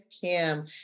Kim